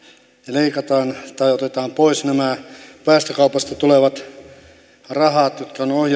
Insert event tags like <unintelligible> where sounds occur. leikataan tai otetaan pois päästökaupasta tulevat rahat jotka on <unintelligible>